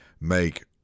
make